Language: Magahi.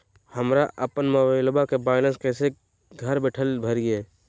हमरा अपन मोबाइलबा के बैलेंस कैसे घर बैठल भरिए?